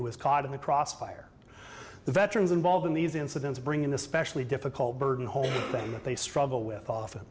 who was caught in the crossfire the veterans involved in these incidents bring in especially difficult burden the whole thing that they struggle with often